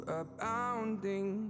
abounding